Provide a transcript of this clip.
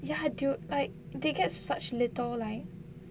ya dude like they get such little like